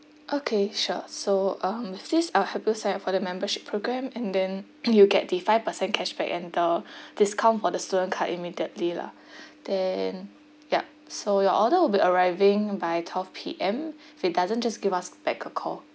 okay sure so um with this I'll help you sign up for the membership programme and then you get the five percent cashback and the discount for the student card immediately lah then yup so your order will be arriving by twelve P_M if doesn't just give us back a call